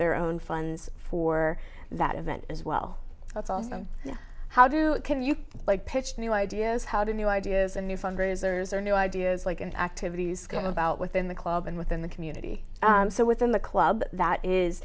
their own funds for that event as well it's awesome how do you like pitch new ideas how to new ideas and new fundraisers or new ideas like activities going about within the club and within the community so within the club that is